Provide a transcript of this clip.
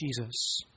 Jesus